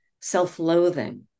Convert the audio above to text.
self-loathing